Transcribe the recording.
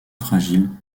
fragile